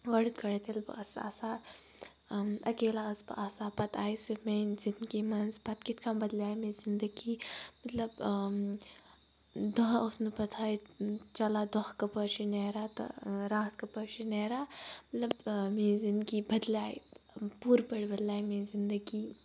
گۄڈٕٮ۪تھ گۄڈٕٮ۪تھ ییٚلہٕ بہٕ ٲسٕس آسان اکیلا ٲسٕس بہٕ آسان پَتہٕ سۄ میانہِ زندگی منٛز پَتہٕ کِتھ کٔنۍ بدلیے مےٚ زندگی مطلب دۄہ اوس نہٕ پَتہٕ ہٕے چَلان دۄہ کَپٲرۍ چھُ نیران تہٕ راتھ کَپٲرۍ چھِ نیران مطلب میٛٲنۍ زندگی بدلیے پوٗرٕ پٲٹھۍ بدلیے میٛٲنۍ زندگی